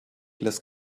lässt